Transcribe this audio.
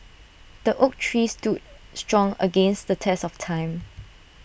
the oak tree stood strong against the test of time